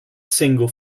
single